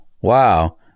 Wow